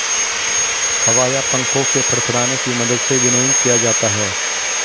हवा या पंखों के फड़फड़ाने की मदद से विनोइंग किया जाता है